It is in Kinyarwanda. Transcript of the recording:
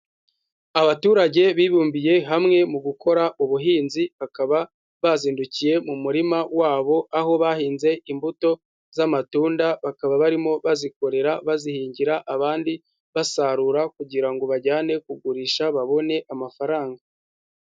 Abaturage bibumbiye hamwe mu gukora ubuhinzi, bakaba bazindukiye mu murima wabo aho bahinze imbuto z'amatunda bakaba barimo bazikorera, bazihingira, abandi basarura kugira ngo bajyane kugurisha, babone amafaranga.